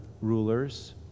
rulers